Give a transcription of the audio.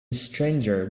stranger